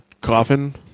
coffin